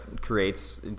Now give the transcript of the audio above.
creates